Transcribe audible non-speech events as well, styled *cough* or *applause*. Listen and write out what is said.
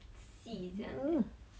*noise*